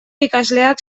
ikasleak